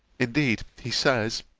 indeed, he says,